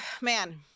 man